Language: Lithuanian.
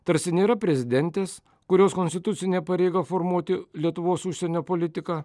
tarsi nėra prezidentės kurios konstitucinė pareiga formuoti lietuvos užsienio politiką